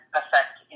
affect